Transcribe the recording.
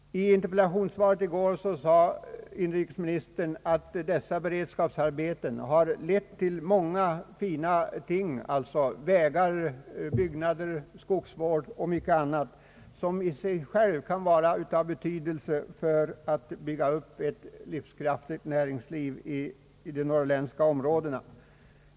I interpellationssvaret i går sade inrikesministern att dessa beredskapsarbeten har lett till många bra ting, nämligen vägar, byggnader, skogsvård och mycket annat, som i sig själva kan vara av betydelse för att bygga upp ett livskraftigt näringsliv i de norrländska områdena.